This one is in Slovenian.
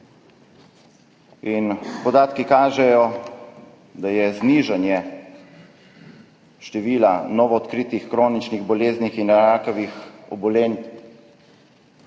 Podatki kažejo, da je znižanje števila novoodkritih kroničnih bolezni in rakavih obolenj